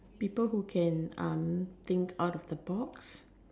people who can um think out of the box